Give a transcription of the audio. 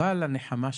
הנחמה שלנו,